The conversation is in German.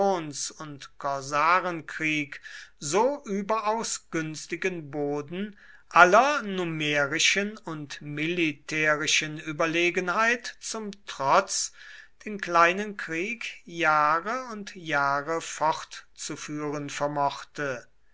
und korsarenkrieg so überaus günstigen boden aller numerischen und militärischen überlegenheit zum trotz den kleinen krieg jahre und jahre fortzuführen vermochte